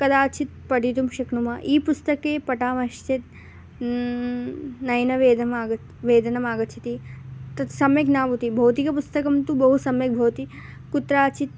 कदाचित् पठितुं शक्नुमः ईपुस्तके पठामश्चेत् नयनवेदनम् आगच्छति वेदनम् आगच्छति तत्सम्यक् न भवति भौतिकपुस्तकं तु बहु सम्यक् भवति कुत्राचित्